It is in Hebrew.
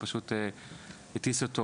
שהטיס אותו